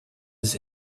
his